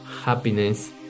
happiness